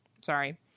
Sorry